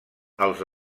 els